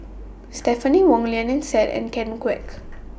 Stephanie Wong Lynnette Seah and Ken Kwek